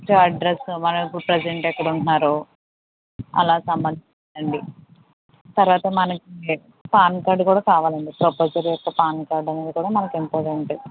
so address మనము ఇప్పుడు present ఎక్కడ ఉంటున్నారో అలా సంబంధించింది అండి తర్వాత మనకి పాన్ కార్డు కూడా కావాలండి ప్రపోజర్ యొక్క పాన్ కార్డు అనేది కూడా మనకు ఇంపార్టెంట్